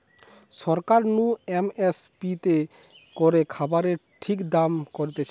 সরকার নু M S P তে করে খাবারের দাম ঠিক করতিছে